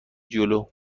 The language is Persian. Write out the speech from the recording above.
جلو